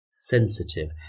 Sensitive